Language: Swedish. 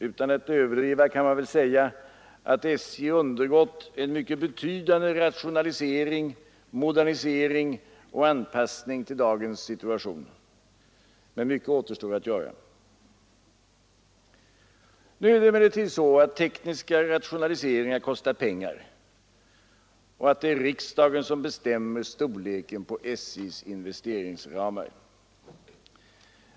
Utan att överdriva kan man konstatera att SJ undergått en mycket betydande rationalisering, modernisering och anpassning till dagens situation. Mycket återstår dock att göra. Men teknisk rationalisering kostar pengar, och det är riksdagen som bestämmer storleken på SJ:s investeringsramar.